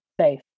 safe